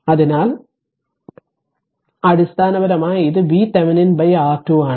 അതിനാൽ അടിസ്ഥാനപരമായി ഇത് VThevenin R2 ആണ്